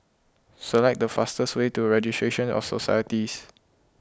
select the fastest way to Registry of Societies